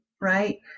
right